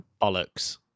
bollocks